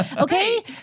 Okay